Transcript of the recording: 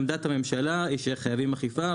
עמדת הממשלה היא שחייבים אכיפה.